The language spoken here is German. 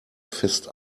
fest